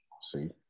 See